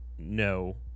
no